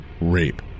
rape